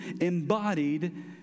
embodied